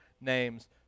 name's